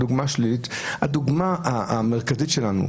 הדוגמה המרכזית שלנו,